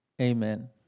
amen